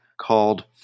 called